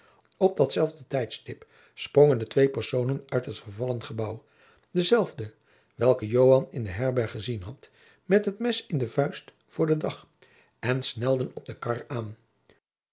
op datzelfde tijdstip sprongen de twee personen uit het vervallen gebouw dezelfde welke joan in de herberg jacob van lennep de pleegzoon gezien had met het mes in de vuist voor den dag en snelden op de kar aan